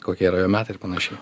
kokie yra metai ir panašiai